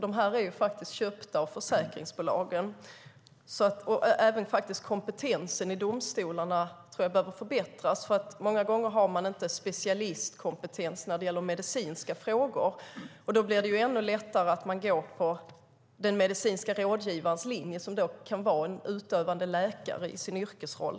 De här är köpta av försäkringsbolagen. Kompetensen i domstolarna behöver också förbättras. Många gånger har de inte specialistkompetens när det gäller medicinska frågor. Då blir det ännu lättare så att de går på den medicinska rådgivarens linje, och denna kan vara en utövande läkare i sin yrkesroll.